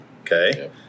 okay